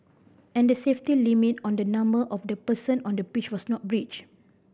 and the safety limit on the number of the person on the pitch was not breached